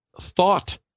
Thought